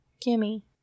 Gimme